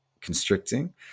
constricting